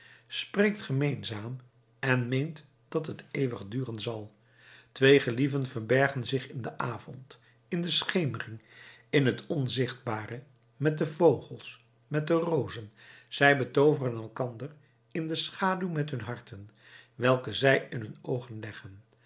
spreekt gemeenzaam en meent dat het eeuwig duren zal twee gelieven verbergen zich in den avond in de schemering in het onzichtbare met de vogels met de rozen zij betooveren elkander in de schaduw met hun harten welke zij in hun oogen leggen